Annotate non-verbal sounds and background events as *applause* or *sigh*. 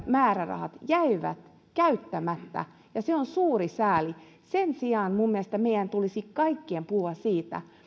*unintelligible* määrärahat jäivät käyttämättä ja se on suuri sääli sen sijaan minun mielestäni meidän tulisi kaikkien puhua siitä